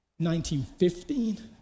1915